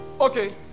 okay